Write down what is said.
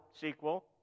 sequel